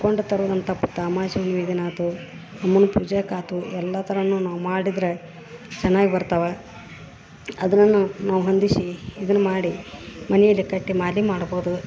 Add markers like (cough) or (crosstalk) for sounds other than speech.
ಕೊಂಡು ತರೋದನ್ನ ತಪ್ತ ಅಮಾವಾಸಿ ಹುಣ್ಣಿಮೆ ದಿನಾತು (unintelligible) ಪೂಜೆಕಾತು ಎಲ್ಲ ಥರನು ನಾವು ಮಾಡಿದರೆ ಚೆನ್ನಾಗಿ ಬರ್ತವ ಅದರನ್ನೂ ನಾವು ಹೊಂದಿಸಿ ಇದನ್ನ ಮಾಡಿ ಮನೆಯಲ್ಲಿ ಕಟ್ಟಿ ಮಾಲೆ ಮಾಡ್ಬೋದು